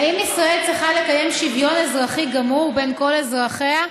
האם ישראל צריכה לקיים שוויון אזרחי גמור בין כל אזרחיה,